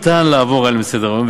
שאין אפשרות לעבור עליהן לסדר-היום,